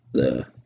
The-